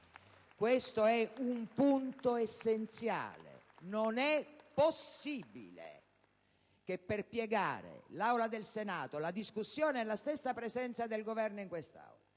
Questo è un punto essenziale. Non è possibile che, per piegare l'Aula del Senato, la discussione, la stessa presenza del Governo in quest'Aula